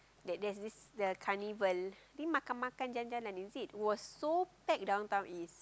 that there's this the carnival I think Makan-Makan-Jalan-Jalan is it it was so packed Downtown-East